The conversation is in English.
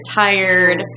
tired